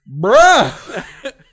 bruh